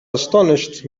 astonished